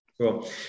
cool